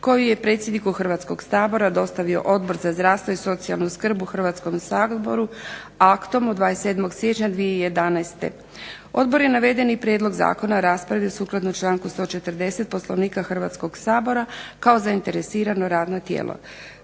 koju je predsjedniku Hrvatskog sabora dostavio Odbor za zdravstvo i socijalnu skrb u Hrvatskom saboru aktom od 27. siječnja 2011. Odbor je navedeni prijedlog zakona raspravio sukladno članku 140. Poslovnika Hrvatskog sabora kao zainteresirano radno tijelo.